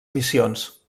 missions